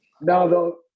No